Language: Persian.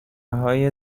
های